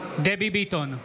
דבי ביטון,